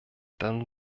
dann